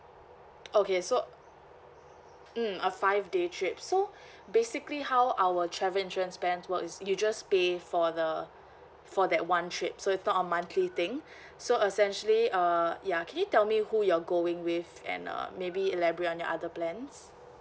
okay so mm a five day trip so basically how our travel insurance plans work is you just pay for the for that one trip so it's not a monthly thing so essentially uh ya can you tell me who you're going with and uh maybe elaborate on your other plans